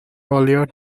earlier